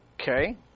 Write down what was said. Okay